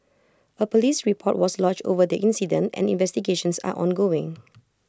A Police report was lodged over the incident and investigations are ongoing